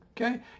okay